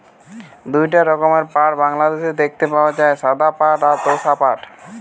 দুইটা রকমের পাট বাংলাদেশে দেখতে পাওয়া যায়, সাদা পাট আর তোষা পাট